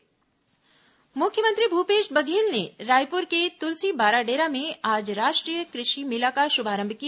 राष्ट्रीय कृषि मेला मुख्यमंत्री भूपेश बघेल ने रायपुर के तुलसी बाराडेरा में आज राष्ट्रीय कृषि मेला का शुभारंभ किया